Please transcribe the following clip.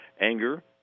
anger